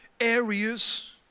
areas